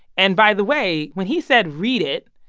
and by the way, when he said, read it,